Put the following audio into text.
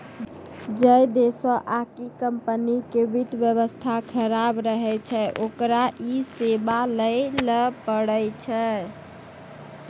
जै देशो आकि कम्पनी के वित्त व्यवस्था खराब रहै छै ओकरा इ सेबा लैये ल पड़ै छै